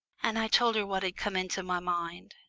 and i told her what had come into my mind.